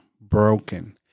broken